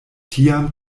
tiam